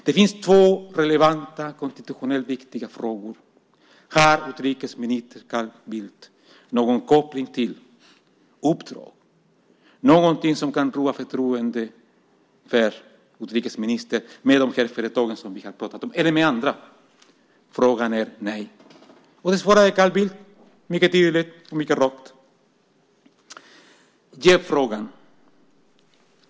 Det finns två relevanta konstitutionellt viktiga frågor: Har utrikesminister Carl Bildt någon koppling till uppdrag, något som kan rubba förtroendet för utrikesministern, med de här företagen som vi har pratat om eller med andra? Svaret är nej. Det svarade Carl Bildt mycket tydligt och rakt. Det handlar om jävsfrågan.